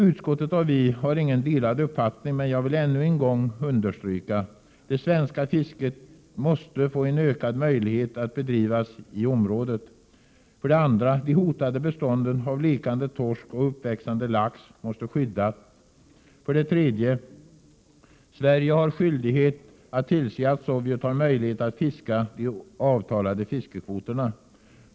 Utskottet och motionärerna har inga delade uppfattningar, men jag vill ännu en gång understryka för det första att det svenska fisket måste få en ökad möjlighet att bedrivas i området, för det andra att de hotade bestånden av lekande torsk och uppväxande lax måste skyddas och för det tredje att Sverige har skyldighet att tillse att Sovjet har möjlighet att fiska de avtalade fiskekvoterna.